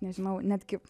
nežinau netgi